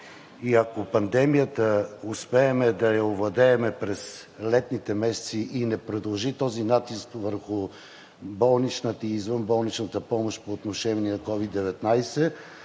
и ако успеем да овладеем пандемията през летните месеци и не продължи този натиск върху болничната и извънболничната помощ по отношение COVID-19,